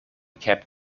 kept